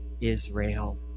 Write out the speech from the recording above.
Israel